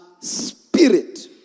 spirit